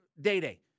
Day-day